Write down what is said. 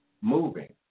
moving